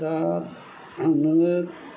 दा नोङो